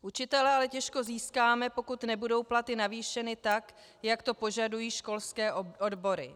Učitele ale těžko získáme, pokud nebudou platy navýšeny tak, jak to požadují školské odbory.